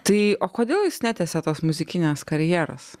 tai o kodėl jūs netęsėt tos muzikinės karjeros